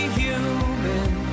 human